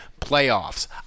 playoffs